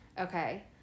Okay